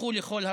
ילכו לכל הרוחות.